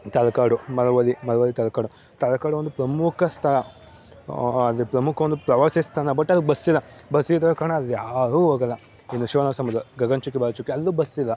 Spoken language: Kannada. ತಲಕಾಡು ಮಳವಳ್ಳಿ ಮಳವಳ್ಳಿ ತಲಕಾಡು ತಲಕಾಡು ಒಂದು ಪ್ರಮುಖ ಸ್ಥಳ ಅಂದರೆ ಪ್ರಮುಖ ಒಂದು ಪ್ರವಾಸಿ ಸ್ಥಾನ ಬಟ್ ಅಲ್ಲಿಗೆ ಬಸ್ ಇಲ್ಲ ಬಸ್ ಇರದ ಕಾರಣ ಅಲ್ಲಿ ಯಾರೂ ಹೋಗಲ್ಲ ಇನ್ನೂ ಶಿವನಸಮುದ್ರ ಗಗನ ಚುಕ್ಕಿ ಭರ ಚುಕ್ಕಿ ಅಲ್ಲೂ ಬಸ್ ಇಲ್ಲ